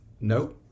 no